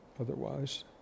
otherwise